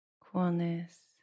coolness